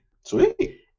sweet